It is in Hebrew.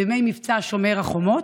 בימי מבצע שומר החומות?